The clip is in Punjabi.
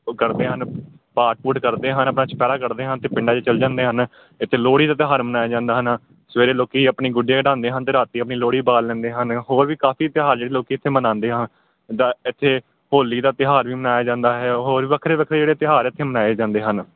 ਉਹ ਕਰਦੇ ਹਨ ਪਾਠ ਪੂਠ ਕਰਦੇ ਹਨ ਆਪਣਾ ਚੁਪਹਿਰਾ ਕਰਦੇ ਹਨ ਅਤੇ ਪਿੰਡਾਂ 'ਚ ਚਲੇ ਜਾਂਦੇ ਹਨ ਇੱਥੇ ਲੋਹੜੀ ਦਾ ਤਿਉਹਾਰ ਮਨਾਇਆ ਜਾਂਦਾ ਹੈ ਨਾ ਸਵੇਰੇ ਲੋਕ ਆਪਣੇ ਗੁੱਡੇ ਉਡਾਉਂਦੇ ਹਨ ਅਤੇ ਰਾਤ ਆਪਣੀ ਲੋਹੜੀ ਬਾਲ ਲੈਂਦੇ ਹਨ ਹੋਰ ਵੀ ਕਾਫ਼ੀ ਤਿਉਹਾਰ ਜਿਹੜੇ ਲੋਕ ਇੱਥੇ ਮਨਾਉਂਦੇ ਹਾਂ ਜਿੱਦਾਂ ਇੱਥੇ ਹੋਲੀ ਦਾ ਤਿਉਹਾਰ ਵੀ ਮਨਾਇਆ ਜਾਂਦਾ ਹੈ ਹੋਰ ਵੀ ਵੱਖਰੇ ਵੱਖਰੇ ਜਿਹੜੇ ਤਿਉਹਾਰ ਇੱਥੇ ਮਨਾਏ ਜਾਂਦੇ ਹਨ